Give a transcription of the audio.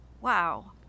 wow